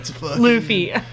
Luffy